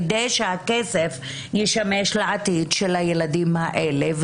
כדי שהכסף ישמש לעתיד של הילדים האלה,